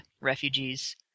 refugees